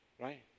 right